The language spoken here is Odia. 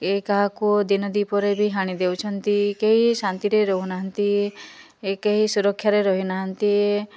କେହି କାହାକୁ ଦିନ ଦିପହରେ ବି ହାଣି ଦେଉଛନ୍ତି କେହି ଶାନ୍ତିରେ ରହୁନାହାଁନ୍ତି ଏ କେହି ସୁରକ୍ଷାରେ ରହିନାହାଁନ୍ତି